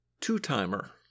two-timer